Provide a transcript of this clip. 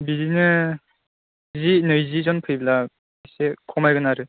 बिदिनो बिदि नैजि जन फैब्ला एसे खमायगोन आरो